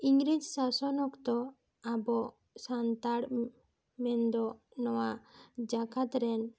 ᱤᱝᱨᱮᱡᱽ ᱥᱟᱥᱚᱱ ᱚᱠᱛᱚ ᱟᱵᱚ ᱥᱟᱱᱛᱟᱲ ᱢᱮᱱ ᱫᱚ ᱱᱚᱣᱟ ᱡᱟᱜᱟᱫ ᱨᱮᱱ